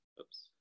oops